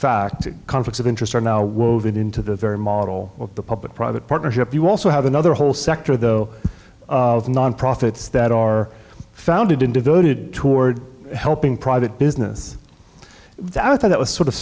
conflicts of interest are now woven into the very model of the public private partnership you also have another whole sector though of nonprofits that are founded in devoted toward helping private business that i thought that was sort of